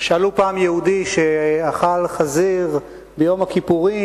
שאלו פעם יהודי שאכל חזיר ביום הכיפורים